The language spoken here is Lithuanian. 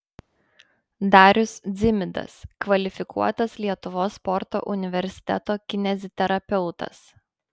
darius dzimidas kvalifikuotas lietuvos sporto universiteto kineziterapeutas